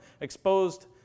exposed